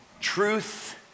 Truth